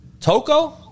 Toco